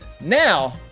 now